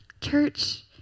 Church